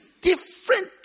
Different